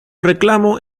reclamo